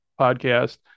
Podcast